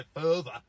further